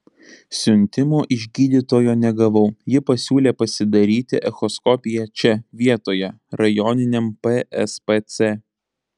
siuntimo iš gydytojo negavau ji pasiūlė pasidaryti echoskopiją čia vietoje rajoniniam pspc